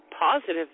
positive